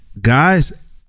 guys